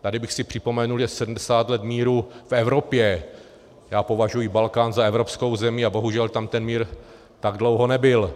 Tady bych si připomenul, že 70 let míru v Evropě já považuji Balkán za evropskou zemi a bohužel tam ten mír tak dlouho nebyl.